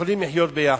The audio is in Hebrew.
שיכולים לחיות יחד.